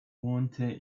wohnte